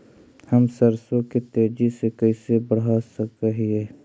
हम सरसों के तेजी से कैसे बढ़ा सक हिय?